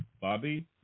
Bobby